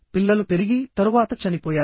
పిల్లలు పెరిగి తరువాత చనిపోయారు